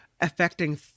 affecting